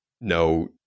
no